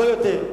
לא יותר: